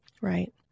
Right